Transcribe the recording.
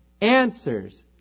Answers